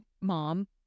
mom